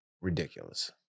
Ridiculous